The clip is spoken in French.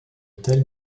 tels